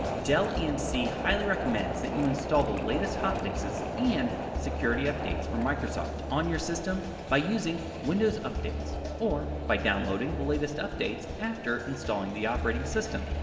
dell emc highly recommends that you install the latest hotfixes and security updates from microsoft on your system by using windows updates or by downloading the latest updates after installing the operating system.